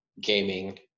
gaming